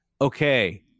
okay